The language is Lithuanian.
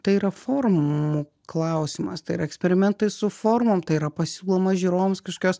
tai yra formų klausimas tai yra eksperimentai su formom tai yra pasiūloma žiūrovams kažkokios